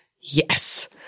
Yes